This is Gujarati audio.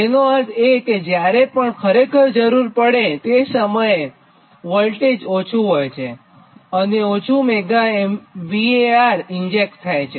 જેનો અર્થ એ કે જ્યારે પણ ખરેખર જરૂર પડે તે સમયે વોલ્ટેજ ઓછું હોય છે અને ઓછું Mega VAR ઇન્જેક્ટ થાય છે